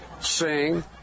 sing